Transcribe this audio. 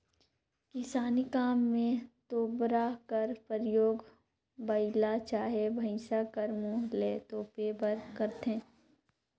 किसानी काम मे तोबरा कर परियोग बइला चहे भइसा कर मुंह ल तोपे बर करथे